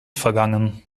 vergangen